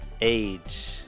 Age